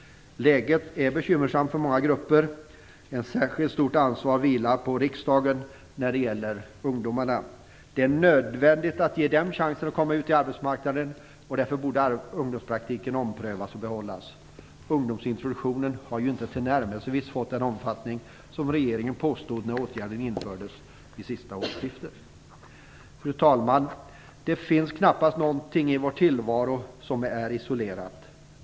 Läget är bekymmersamt för många grupper. Ett särskilt stort ansvar vilar på riksdagen när det gäller ungdomarna. Det är nödvändigt att ge dem chansen att komma ut på arbetsmarknaden, och därför borde ungdomspraktiken omprövas och behållas. Ungdomsintroduktionen har ju inte tillnärmelsevis fått den omfattning som regeringen påstod att den skulle få när åtgärden infördes vid senaste årsskiftet. Fru talman! Det finns knappast någonting i vår tillvaro som är isolerat.